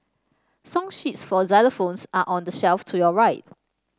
song sheets for xylophones are on the shelf to your right